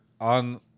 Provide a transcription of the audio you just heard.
on